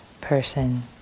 person